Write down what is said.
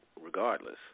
regardless